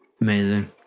Amazing